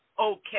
okay